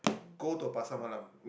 go to a Pasar Malam